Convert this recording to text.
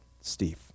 Steve